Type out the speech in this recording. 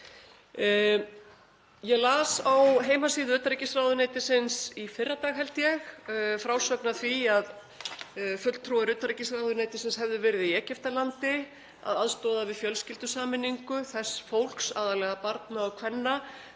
Ég las á heimasíðu utanríkisráðuneytisins í fyrradag held ég frásögn af því að fulltrúar utanríkisráðuneytisins hefðu verið í Egyptalandi að aðstoða við fjölskyldusameiningu þess fólks, aðallega barna og kvenna,